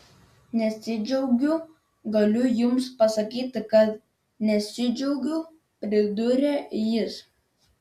nesidžiaugiu galiu jums pasakyti kad nesidžiaugiu pridūrė jis